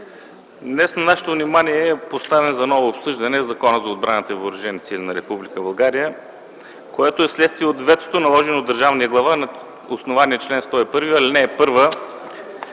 Днес на нашето внимание е поставен за ново обсъждане Законът за отбраната и въоръжените сили на Република България, което е следствие от ветото, наложено от държавния глава на основание чл. 101, ал. 1 от